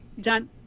done